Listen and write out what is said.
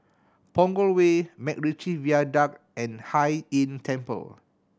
Punggol Way MacRitchie Viaduct and Hai Inn Temple